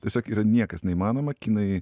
tiesiog yra niekas neįmanoma kinai